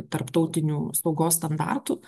tarptautinių saugos standartų